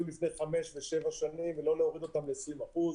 לפני חמש ושבע שנים ולא להוריד אותן ל-20 אחוזים.